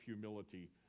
humility